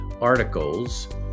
articles